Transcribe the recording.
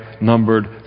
numbered